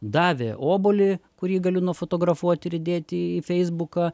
davė obuolį kurį galiu nufotografuot ir įdėt į feisbuką